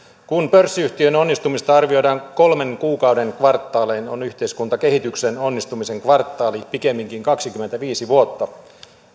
kun pörssiyhtiön onnistumista arvioidaan kolmen kuukauden kvartaalein on yhteiskuntakehityksen onnistumisen kvartaali pikemminkin kaksikymmentäviisi vuotta